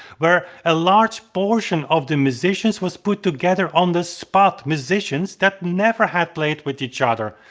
where a large portion of the musicians was put together on the spot, musicians that never had played with each other,